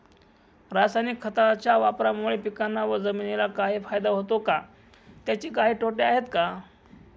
रासायनिक खताच्या वापरामुळे पिकांना व जमिनीला काही फायदा होतो का? त्याचे काही तोटे आहेत का?